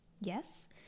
Yes